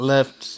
Left